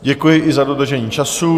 Děkuji i za dodržení času.